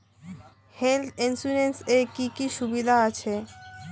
Health insurance এ কি কি সুবিধা আছে?